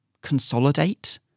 consolidate